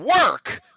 work